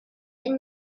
elle